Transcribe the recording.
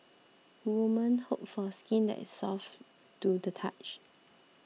women hope for skin that is soft to the touch